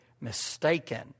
mistaken